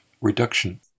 reduction